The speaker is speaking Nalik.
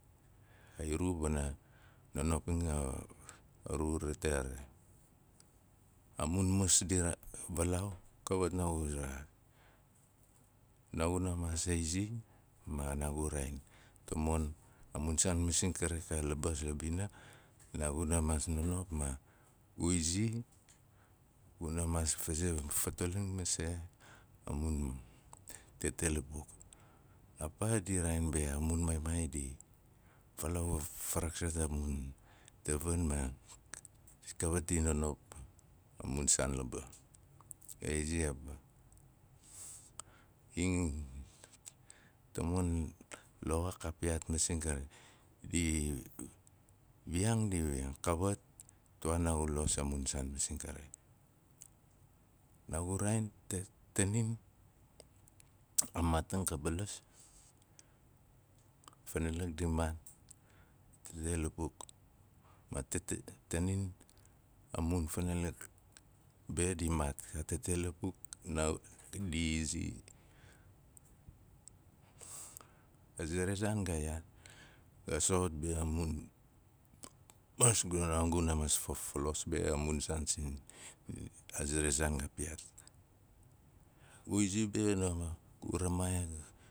Kairu wana a nonoping a ru rate ari. A mun ka valaau kawat naagu za- naagun maas aizi ma naagu raain tamon a mun saan masing kari xa labis la bin. naaguna maas nonop ma gu izi. guna maas fazei fatalamin masei a mun lapuk. A paa di rein be a mun maaimaai di falau va raksat a mun tavin ma kawit di nonop a mun saan laba ing tamon loxo ka piyaat masing kari. di wiyaang di kawat tu waa naagu los a mun saan masing kari. Naagu vaain tanin a maat ang ka balas funalik di maat a tete lapuk ma ta- ta- tanin a mun funalik be di maat. a mun tete lapuk di izi a ze ra zaang ga iyaan ga soxot be a mun guna naxam guna maas f- falos be a mun saan sin. aze ra zaan ga piyaat. Gu izi be gu ramaai